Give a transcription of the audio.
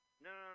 No